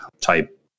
type